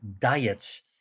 diets